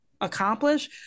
accomplish